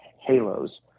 halos